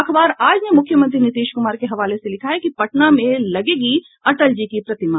अखबार आज ने मुख्यमंत्री नीतीश कुमार के हवाले से लिखा है पटना में लगेली अटल जी की प्रतिमा